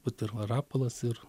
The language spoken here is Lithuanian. vat ir rapolas ir